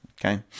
okay